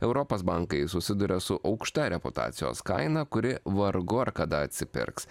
europos bankai susiduria su aukšta reputacijos kaina kuri vargu ar kada atsipirks